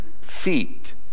feet